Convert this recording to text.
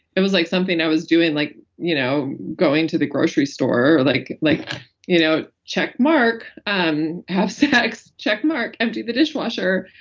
it was like something i was doing like you know going to the grocery store. like, like you know check mark. um have sex, check mark. empty the dishwasher.